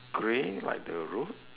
grey like the road